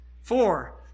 Four